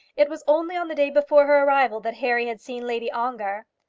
it was only on the day before her arrival that harry had seen lady ongar.